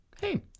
hey